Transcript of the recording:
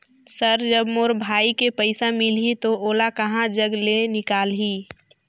Sir जब मोर भाई के पइसा मिलही तो ओला कहा जग ले निकालिही?